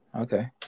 Okay